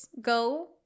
go